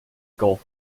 gulf